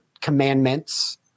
commandments